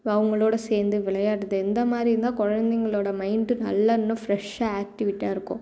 இப்போ அவங்களோட சேர்ந்து விளயாடுது இந்த மாதிரி இருந்தால் குலந்தைங்களோட மைண்டு நல்லா இன்னும் ஃப்ரெஷ்ஷாக ஆக்டிவேட்டாக இருக்கும்